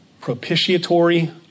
propitiatory